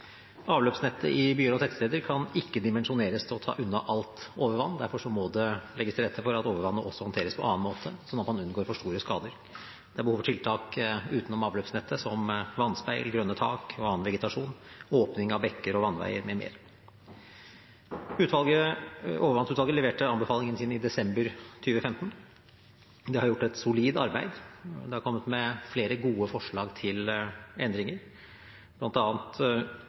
Avløpsnettet i byer og tettsteder kan ikke dimensjoneres til å ta unna alt overvann. Derfor må det legges til rette for at overvannet også håndteres på annen måte, slik at man unngår for store skader. Det er behov for tiltak utenom avløpsnettet – som vannspeil, grønne tak og annen vegetasjon, åpning av bekker og vannveier, m.m. Overvannsutvalget leverte anbefalingen sin i desember 2015. De har gjort et solid arbeid, og de har kommet med flere gode forslag til endringer,